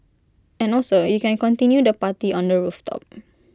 and also you can continue the party on the rooftop